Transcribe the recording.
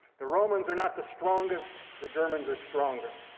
the romans are not the strongest. the germans are stronger.